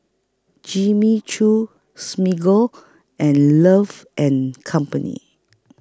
Jimmy Choo Smiggle and Love and Company